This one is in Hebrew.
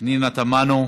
פנינה תמנו,